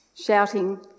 shouting